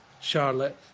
Charlotte